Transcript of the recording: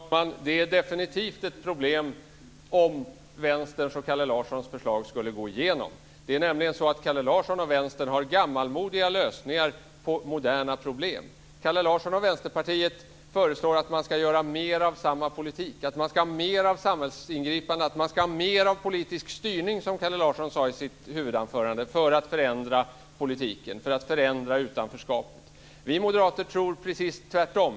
Fru talman! Det blir definitivt ett problem om Vänsterns och Kalle Larssons förslag skulle gå igenom. Kalle Larsson och Vänstern har gammalmodiga lösningar på moderna problem. Kalle Larsson och Vänsterpartiet föreslår att man ska ha mera av samma politik, att man ska ha mera av samhällsingripanden och att man ska ha mera av politisk styrning, som Kalle Larsson sade i sitt huvudanförande, för att förändra politiken och komma till rätta med utanförskapet. Vi moderater tror precis tvärtom.